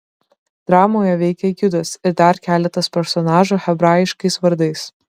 dramoje veikia judas ir dar keletas personažų hebraiškais vardais